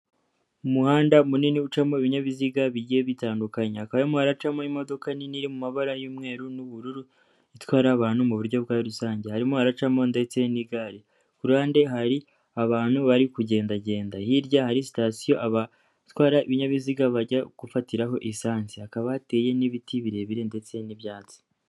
Umuhanda munini ucamo ibinyabiziga bigiye bitandukanye, hakaba harimo haracamo imodoka nini iri mu mabara y'umweru n'ubururu itwara abantu mu buryo bwa rusange, harimo hacamo ndetse n'igare, kuruhande hari abantu bari kugendagenda, hirya hari sitasiyo abatwara ibinyabiziga bajya gufatiraho esansi, hakaba hateye n'ibiti birebire ndetse n'ibyatsi.